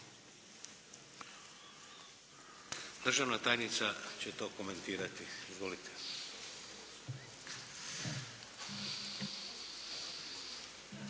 Državna tajnica će to komentirati. Izvolite!